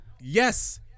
Yes